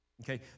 okay